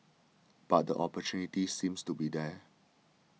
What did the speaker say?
but the opportunity seems to be there